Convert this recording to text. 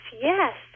yes